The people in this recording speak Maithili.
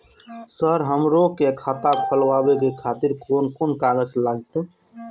सर हमरो के खाता खोलावे के खातिर कोन कोन कागज लागते?